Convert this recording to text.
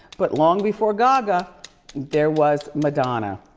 but long before gaga there was madonna.